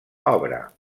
obra